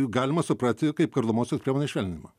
galima suprasti kaip kardomosios priemonės švelninimą